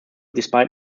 despite